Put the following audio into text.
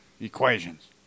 equations